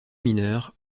mineurs